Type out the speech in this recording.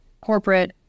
corporate